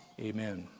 amen